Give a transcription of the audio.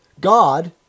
God